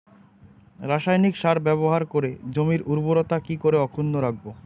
রাসায়নিক সার ব্যবহার করে জমির উর্বরতা কি করে অক্ষুণ্ন রাখবো